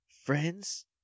friends